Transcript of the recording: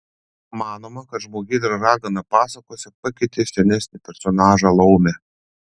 manoma kad žmogėdra ragana pasakose pakeitė senesnį personažą laumę